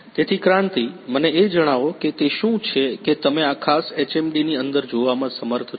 તેથી ક્રાંતિ મને એ જણાવો કે તે શું છે કે તમે આ ખાસ HMD ની અંદર જોવામાં સમર્થ છો